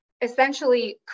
essentially